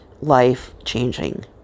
life-changing